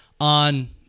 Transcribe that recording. on